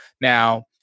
Now